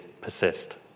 persist